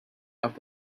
out